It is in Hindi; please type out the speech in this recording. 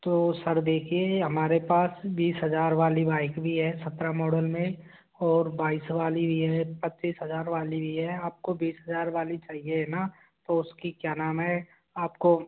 तो सर देखिए हमारे पास बीस हजार वाली बाइक भी है सत्रह मॉडल में और बाईस वाली भी है पाच्चीस हजार वाली भी हैं आपको बीस हजार वाली चाहिए ना तो उसकी क्या नाम हैं आपको